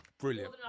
Brilliant